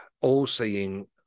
all-seeing